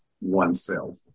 oneself